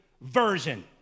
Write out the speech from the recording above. version